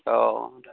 অঁ